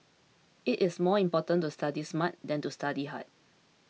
it is more important to study smart than to study hard